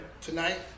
Tonight